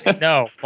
no